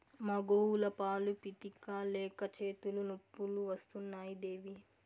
మా గోవుల పాలు పితిక లేక చేతులు నొప్పులు వస్తున్నాయి దేవీ